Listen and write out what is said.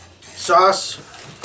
sauce